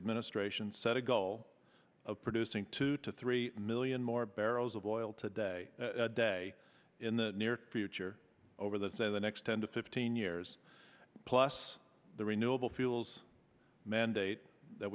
administration set a goal of producing two to three million more barrels of oil today day in the near future over this in the next ten to fifteen years plus the renewable fuels mandate that